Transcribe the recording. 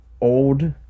old